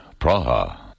Praha